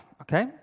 okay